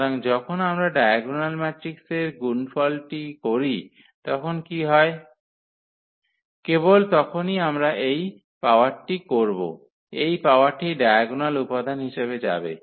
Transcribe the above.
সুতরাং যখন আমরা ডায়াগোনাল ম্যাট্রিক্সের গুণফলটি করি তখন কি হয় কেবল তখনই আমরা এই পাওয়ারটি করব এই পাওয়ারটি ডায়াগোনাল উপাদান হিসাবে যাবে